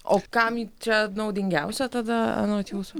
o kam čia naudingiausia tada anot jūsų